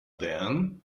then